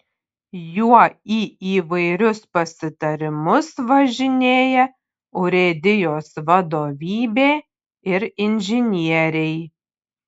juo į įvairius pasitarimus važinėja urėdijos vadovybė ir inžinieriai